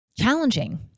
challenging